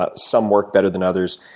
ah some work better than others.